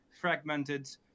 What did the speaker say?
fragmented